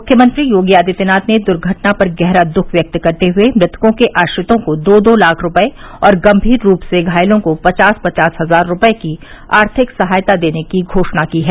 मुख्यमंत्री योगी आदित्यनाथ ने दुर्घटना पर गहरा दुख व्यक्त करते हुए मृतकों के आश्रितों को दो दो लाख रूपये और गम्भीर रूप से घायलों को पचास पचास हजार रूपये की आर्थिक सहायता देने की घोषणा की है